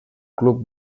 club